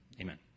Amen